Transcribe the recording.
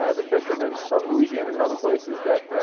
ah the fishermen from louisiana and other places that